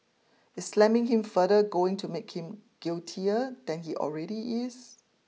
is slamming him further going to make him guiltier than he already is